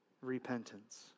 repentance